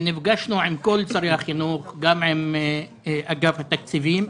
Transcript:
נפגשנו עם כל שרי החינוך ועם אגף התקציבים.